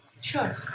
sure